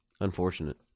Unfortunate